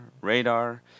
radar